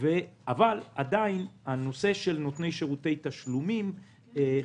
ועדיין נושא של נותני שירותי תשלומים חשוב,